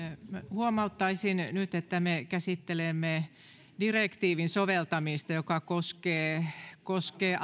huomauttaisin nyt että me käsittelemme direktiivin soveltamista joka koskee koskee